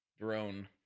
drone